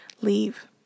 leave